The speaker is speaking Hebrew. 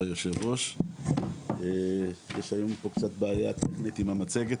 כבוד יושב הראש, יש לנו קצת בעיה עם המצגת.